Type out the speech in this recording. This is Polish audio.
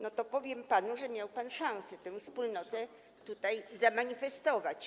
No to powiem panu, że miał pan szansę tę wspólnotę tutaj zamanifestować.